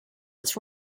its